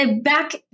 back